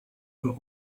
for